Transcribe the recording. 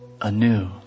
anew